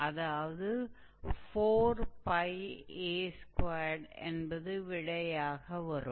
அதாவது 4𝜋𝑎2 என்பது விடையாக வரும்